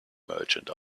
merchant